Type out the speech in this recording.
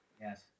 Yes